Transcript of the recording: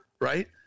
right